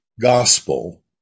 gospel